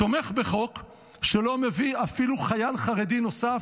תומך בחוק שלא מביא אפילו חייל חרדי נוסף,